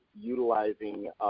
utilizing